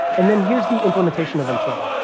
and then here's the implementation of until.